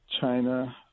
China